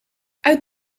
uit